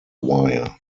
wire